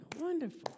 wonderful